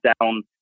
down